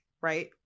right